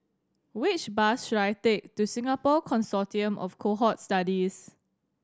which bus should I take to Singapore Consortium of Cohort Studies